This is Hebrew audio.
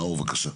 נאור, בבקשה.